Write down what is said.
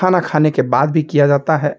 खाना खाने के बाद भी किया जाता है